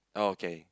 oh okay